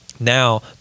Now